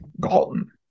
Galton